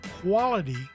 Quality